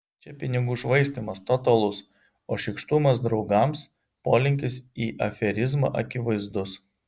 čia pinigų švaistymas totalus o šykštumas draugams polinkis į aferizmą akivaizdus